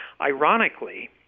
Ironically